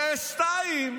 ושניים